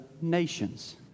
nations